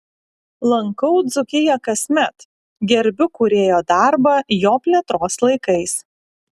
lankau dzūkiją kasmet gerbiu kūrėjo darbą jo plėtros laikais